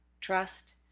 trust